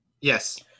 Yes